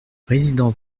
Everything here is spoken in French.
résidence